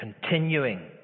continuing